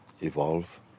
evolve